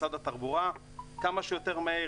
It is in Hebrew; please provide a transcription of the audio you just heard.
למשרד התחבורה כמה שיותר מהר,